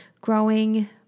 growing